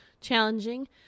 challenging